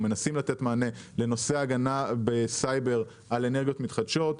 או מנסים לתת מענה לנושא ההגנה בסייבר על אנרגיות מתחדשות.